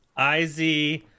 Iz